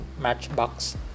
matchbox